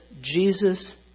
Jesus